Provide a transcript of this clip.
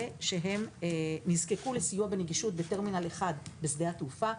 שהם נזקקו לסיוע בנגישות בטרמינל 1 בשדה התעופה,